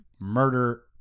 murder